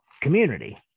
community